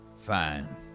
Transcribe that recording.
Fine